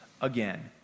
again